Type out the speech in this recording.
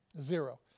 Zero